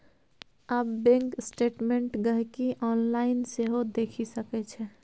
आब bank statement गांहिकी online सेहो देखि सकै छै